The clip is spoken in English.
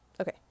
Okay